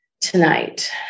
tonight